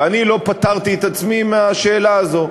ואני לא פטרתי את עצמי מהשאלה הזו.